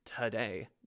today